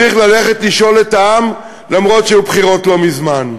צריך ללכת לשאול את העם, אף שהיו בחירות לא מזמן.